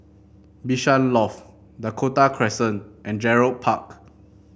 Bishan Loft Dakota Crescent and Gerald Park